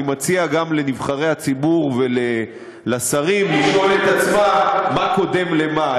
ואני מציע גם לנבחרי הציבור והשרים לשאול את עצמם מה קודם למה,